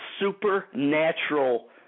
supernatural